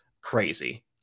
crazy